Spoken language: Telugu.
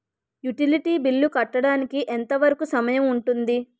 యుటిలిటీ బిల్లు కట్టడానికి ఎంత వరుకు సమయం ఉంటుంది?